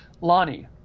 Lonnie